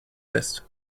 west